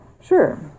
Sure